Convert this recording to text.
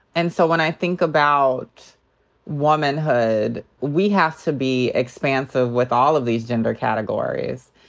and so when i think about womanhood, we have to be expansive with all of these gender categories.